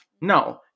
No